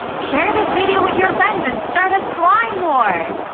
share this video with your friends and start a slime war!